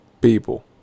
People